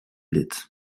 lid